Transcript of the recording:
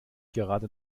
gerade